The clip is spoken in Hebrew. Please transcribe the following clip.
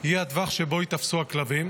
יהיה הטווח שבו ייתפסו הכלבים,